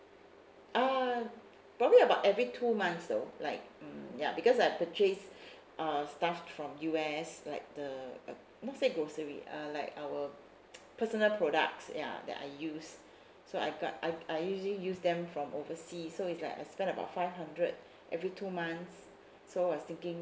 ah probably about every two months though like mm ya because I purchase uh stuff from U_S like the not say grocery uh like our personal products ya that I use so I got I I usually use them from oversea so is like I spend about five hundred every two months so I was thinking